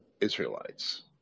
Israelites